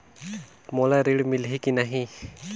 मोला ऋण मिलही की नहीं?